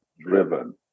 driven